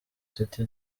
city